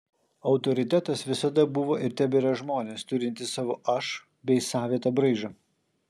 autoritetas visada buvo ir tebėra žmonės turintys savo aš bei savitą braižą